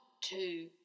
two